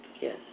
Yes